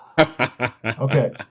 Okay